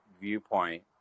viewpoint